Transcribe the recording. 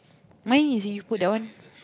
my is you put that one